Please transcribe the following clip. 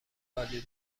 عالی